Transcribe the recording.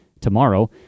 tomorrow